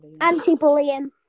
anti-bullying